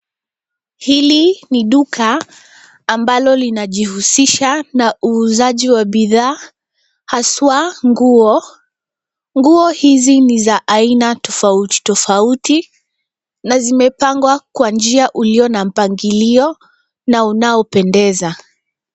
Hili ni duka ambalo linajihusisha na uuzaji wa bidhaa haswa nguo. Nguo hizi ni za aina tofauti tofauti na zimepangwa kwa njia ulio na mpangilio na unaopendeza.